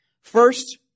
First